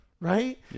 Right